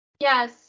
Yes